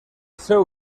seu